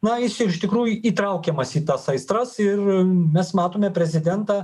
na jis iš tikrųjų įtraukiamas į tas aistras ir mes matome prezidentą